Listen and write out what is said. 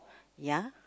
ya